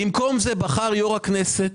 במקום זה בחר יו"ר הכנסת